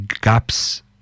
gaps